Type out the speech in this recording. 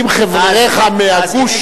אם חבריך מהגוש,